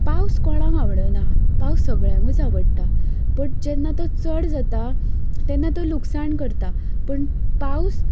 पावस कोणाक आवडना पावस सगळ्यांकच आवडटा बट जेन्ना तो चड जाता तेन्ना तें लुकसाण करता पूण पावस